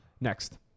next